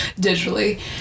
digitally